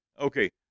okay